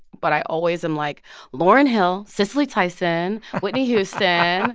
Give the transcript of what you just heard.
but i always am like lauryn hill, cicely tyson, whitney houston, yeah